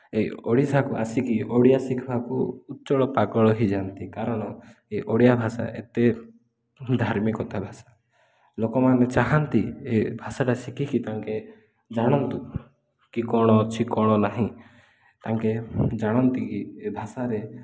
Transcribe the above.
ଏ ଓଡ଼ିଶାକୁ ଆସିକି ଓଡ଼ିଆ ଶିଖିବାକୁ ଉଚ୍ଚଳ ପାଗଳ ହୋଇଯାଆନ୍ତି କାରଣ ଏ ଓଡ଼ିଆ ଭାଷା ଏତେ ଧାର୍ମିକତା ଭାଷା ଲୋକମାନେ ଚାହାନ୍ତି ଏ ଭାଷାଟା ଶିଖିକି ତାଙ୍କେ ଜାଣନ୍ତୁ କି କ'ଣ ଅଛି କ'ଣ ନାହିଁ ତାଙ୍କେ ଜାଣନ୍ତି କିି ଏ ଭାଷାରେ